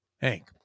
Hank